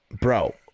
bro